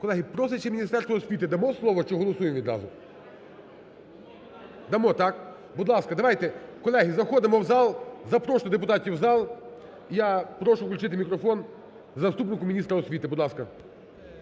Колеги, просять ще Міністерство освіти. Дамо слово чи голосуємо відразу? (Шум у залі) Дамо, так? Будь ласка, давайте, колеги, заходимо в зал. Запрошую депутатів в зал. Я прошу включити мікрофон заступнику міністра освіти. Будь ласка.